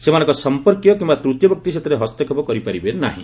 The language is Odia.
ସେମାନଙ୍କ ସମ୍ପର୍କୀୟ କିମ୍ବା ତୃତୀୟ ବ୍ୟକ୍ତି ସେଥିରେ ହସ୍ତକ୍ଷେପ କରିପାରିବେ ନାହିଁ